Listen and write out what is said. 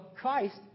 Christ